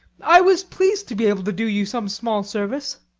i was pleased to be able to do you some small service.